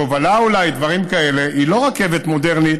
לתובלה אולי, דברים כאלה, היא לא רכבת מודרנית